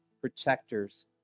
protectors